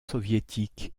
soviétique